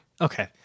Okay